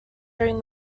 during